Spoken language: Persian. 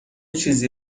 چیزی